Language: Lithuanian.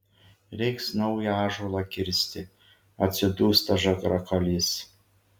reiks naują ąžuolą kirsti atsidūsta žagrakalys